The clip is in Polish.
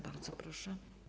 Bardzo proszę.